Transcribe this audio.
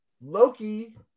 Loki